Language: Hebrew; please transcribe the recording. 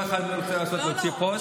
כל אחד מתחיל להוציא פוסט.